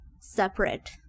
separate